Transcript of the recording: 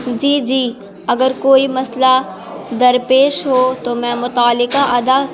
جی جی اگر کوئی مسئلہ درپیش ہو تو میں متعلقہ ادا